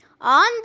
On